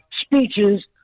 speeches